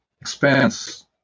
expense